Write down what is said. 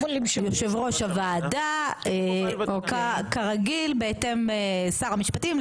יושב-ראש הוועדה כרגיל שר המשפטים,